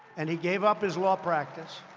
and he gave up his law practice.